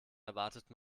erwartet